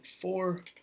four